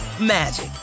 magic